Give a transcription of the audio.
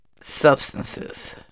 substances